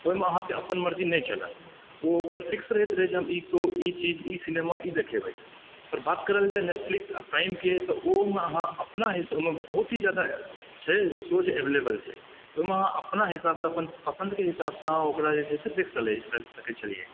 ओहिमे अहाँकेँ अपन मर्जी नहि चलत ओ ओकर फिक्स रहैत रहै जे हम ई शो ई चीज ई सिनेमा ई देखेबै पर बात करल जाए नेटफ्लिक्स आ प्राइमके तऽ ओहिमे अहाँ अपना हिसाबसँ ओहिमे बहुत ही जादा छै शोज अवेलेबल छै ओहिमे अहाँ अपना हिसाबसँ अपन पसन्दके हिसाबसँ अहाँ ओकरा जे छै से देखि सकै छलिऐ